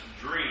dream